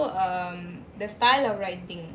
um the style of writing